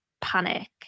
panic